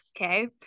okay